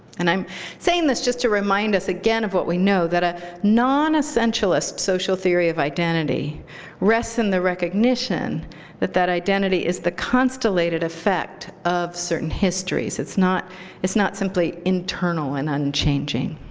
and i'm saying this just to remind us again of what we already know, that a non-essentialist social theory of identity rests in the recognition that that identity is the constellated effect of certain histories. it's not it's not simply internal and unchanging.